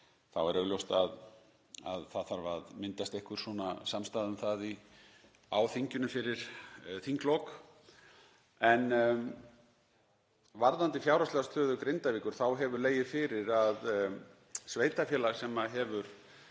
er augljóst að það þarf að myndast einhver samstaða um það á þinginu fyrir þinglok. En varðandi fjárhagslega stöðu Grindavíkur þá hefur legið fyrir að sveitarfélag sem hefur